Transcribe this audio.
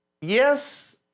Yes